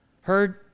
heard